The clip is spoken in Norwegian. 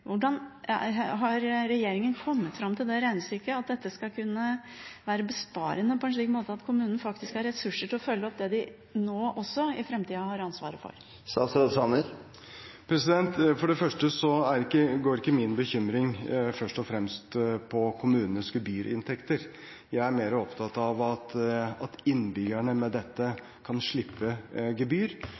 Hvordan har regjeringen kommet fram til det regnestykket, at dette skal kunne være besparende på en slik måte at kommunene faktisk har ressurser til å følge opp det de også i framtida har ansvaret for? Min bekymring går ikke først og fremst på kommunenes gebyrinntekter. Jeg er mer opptatt av at innbyggerne med dette kan slippe gebyr,